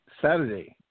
Saturday